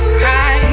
cry